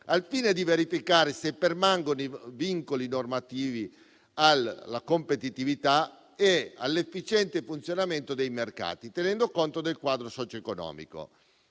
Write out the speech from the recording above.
al fine di verificare se permangono i vincoli normativi alla competitività e all'efficiente funzionamento dei mercati, tenendo conto del quadro socioeconomico.